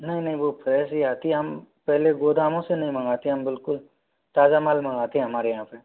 नहीं नहीं वो फ्रेश ही आती हम पहले गोदामों से नही मंगाते हम बिल्कुल ताज़ा माल मंगाते हमारे यहाँ तो